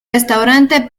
restaurante